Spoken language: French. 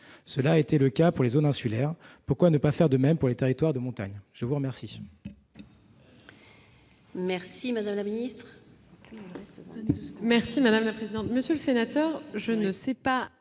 cela a été le cas pour les zones insulaires ? Pourquoi ne pas faire de même pour les territoires de montagne ? Très bien